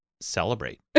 celebrate